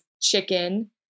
chicken